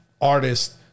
artist